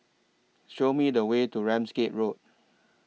Show Me The Way to Ramsgate Road